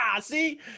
see